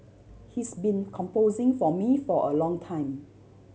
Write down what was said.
he's been composing for me for a long time